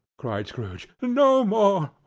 cried scrooge. no more.